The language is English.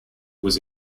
was